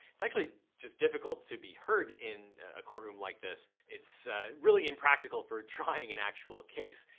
its actually just difficult to be heard in a courtroom like this. its really impractical for trying an actual case.